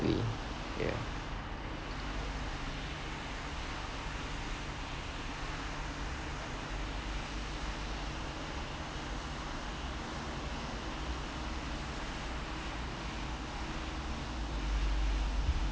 yeah